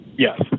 Yes